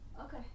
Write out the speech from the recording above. Okay